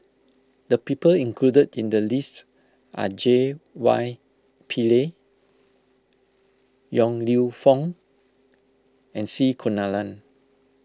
the people included in the list are J Y Pillay Yong Lew Foong and C Kunalan